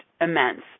immense